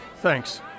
thanks